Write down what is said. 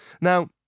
now